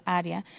área